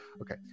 Okay